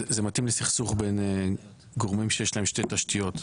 זה מתאים לסכסוך בין גורמים שיש להם שתי תשתיות.